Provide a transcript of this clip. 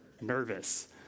nervous